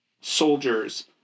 soldiers